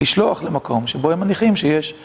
לשלוח למקום שבו הם מניחים שיש.